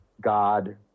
god